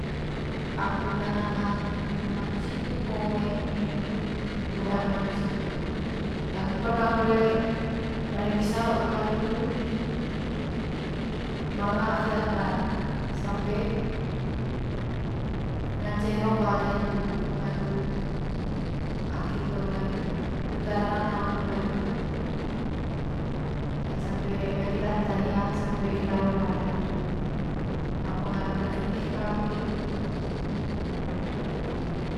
Am kut nanang hang manuk situ ko ngoeng emi ruha de manuk situ agu perna kole one pisa ular hitu manga akit atan sampe ngaceng rowa ata hitu pengaru akit le lar hitu hitu tara rantang laku ular hitu tara eme sama akit ata hia sampe keta rowa ata hitu am pengaru racun diha mungkin.